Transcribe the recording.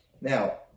Now